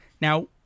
Now